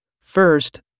First